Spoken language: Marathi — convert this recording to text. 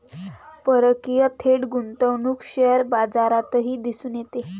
परकीय थेट गुंतवणूक शेअर बाजारातही दिसून येते